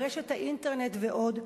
ברשת האינטרנט ועוד,